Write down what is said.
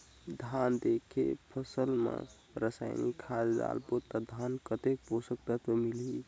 धान देंके फसल मा रसायनिक खाद डालबो ता धान कतेक पोषक तत्व मिलही?